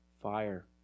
fire